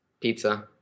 Pizza